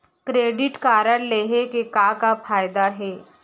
Credit card लेहे के का का फायदा हे?